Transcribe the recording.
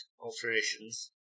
alterations